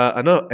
ano